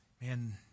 man